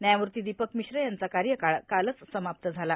व्यायाधीश दिपक मिश्र यांचा कार्यकाळ कालच समाप्त झाला